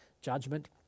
judgment